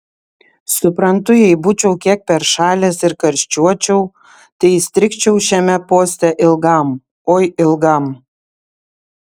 suprantu jei būčiau kiek peršalęs ir karščiuočiau tai įstrigčiau šiame poste ilgam oi ilgam